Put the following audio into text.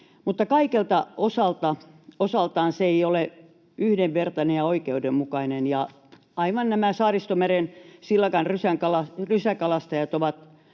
kaikelta osaltaan se ei ole yhdenvertainen ja oikeudenmukainen. Aivan, nämä Saaristomeren silakan rysäkalastajat ovat